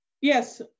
yes